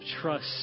trust